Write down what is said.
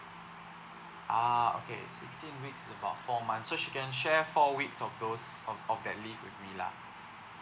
ah okay sixteen weeks is about four months so she can share four weeks of those o~ of that leave with me lah